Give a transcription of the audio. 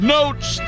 Notes